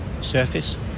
surface